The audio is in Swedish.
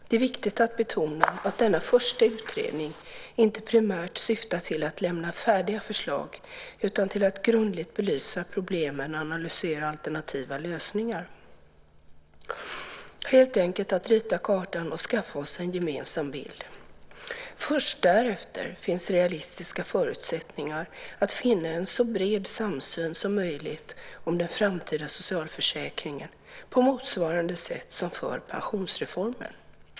Det är viktigt att betona att denna första utredning inte primärt syftar till att lämna färdiga förslag utan till att grundligt belysa problemen och analysera alternativa lösningar - helt enkelt att rita kartan och skaffa oss en gemensam bild. Först därefter finns realistiska förutsättningar att finna en så bred samsyn som möjligt om den framtida socialförsäkringen, på motsvarande sätt som för pensionsreformen.